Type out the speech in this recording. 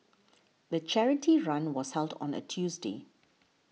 the charity run was held on a Tuesday